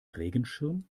regenschirm